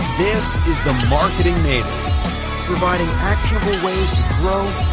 this is the marketing natives providing actionable ways to grow,